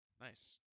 Nice